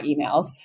emails